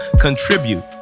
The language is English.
contribute